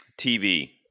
TV